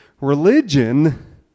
Religion